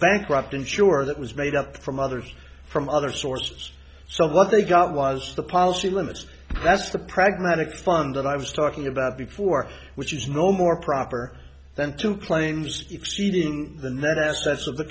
bankrupt ensure that was made up from others from other sources so what they got was the policy limits that's the pragmatic fund that i was talking about before which is no more proper than to claims exceeding the net assets of the